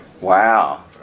Wow